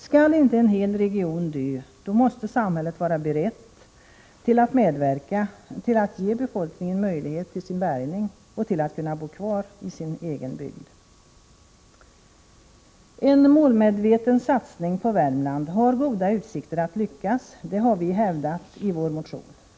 Skall inte en hel region dö, måste samhället vara berett att medverka till att ge befolkningen möjlighet till sin bärgning och till att de skall kunna bo kvar i sin egen bygd. En målmedveten satsning på Värmland har goda utsikter att lyckas, det har vi hävdat i vår motion.